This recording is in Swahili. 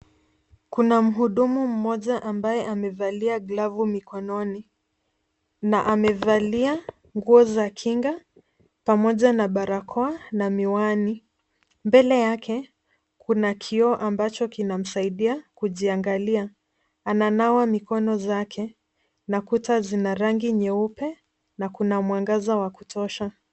Kuna mhudumu mmoja ambaye amevalia glavu mikononi na amevalia nguo za kinga pamoja na barakoa na miwani. Mbele yake kuna kioo ambacho kinamsaidia kujiangalia. Ananawa mikono zake na kuta zina rangi nyeupe na kuna mwangaza wa kutosha.